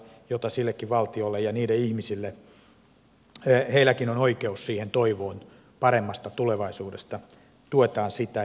silläkin valtiolla ja niilläkin ihmisillä on oikeus toivoon paremmasta tulevaisuudesta tuetaan sitä